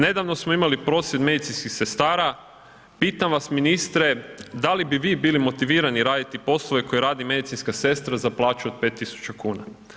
Nedavno smo imali prosvjed medicinskih sestara, pitam vas ministre da li bi vi bili motivirani raditi poslove koje radi medicinska sestra za plaću od 5.000,00 kn?